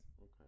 Okay